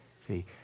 See